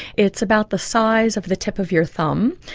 it's about the size of the tip of your thumb,